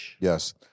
Yes